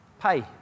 pay